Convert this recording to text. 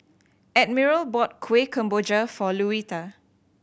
Admiral bought Kuih Kemboja for Louetta